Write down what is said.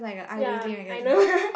ya I know